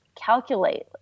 calculate